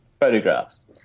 photographs